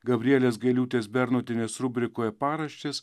gabrielės gailiūtės bernotienės rubrikoje paraštės